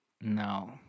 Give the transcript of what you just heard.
No